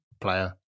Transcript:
player